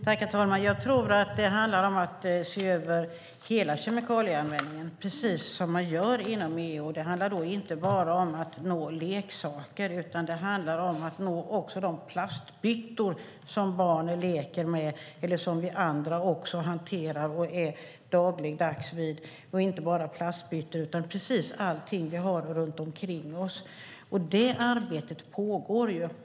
Herr talman! Jag tror att det handlar om att se över hela kemikalieanvändningen, precis som man gör inom EU. Det handlar då inte bara om leksaker utan också om till exempel de plastbyttor som barnen leker med och som vi andra också hanterar dagligdags, och inte bara plastbyttor utan precis allting som vi har runt omkring oss. Detta arbete pågår.